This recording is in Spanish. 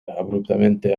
abruptamente